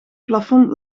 plafond